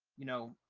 you know,